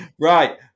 Right